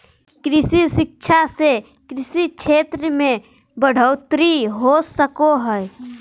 कृषि शिक्षा से कृषि क्षेत्र मे बढ़ोतरी हो सको हय